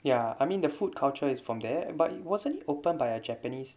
ya I mean the food culture is from there but it wasn't open by a japanese